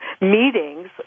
meetings